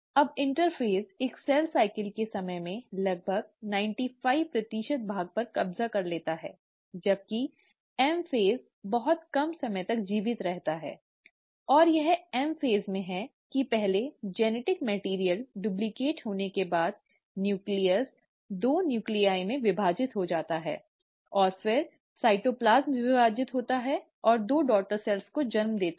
अब इंटरस्पेस एक cell cycle के समय में लगभग 95 प्रतिशत भाग पर कब्जा कर लेता है जबकि एम चरण'M phase' बहुत कम समय तक जीवित रहता है और यह एम चरण में है कि पहले आनुवंशिक पदार्थ डुप्लिकेट होने के बाद न्यूक्लियस दो न्यूक्लिआइ में विभाजित हो जाता है और फिर साइटोप्लाज्म विभाजित होता है और दो डॉटर सेल्स को जन्म देता है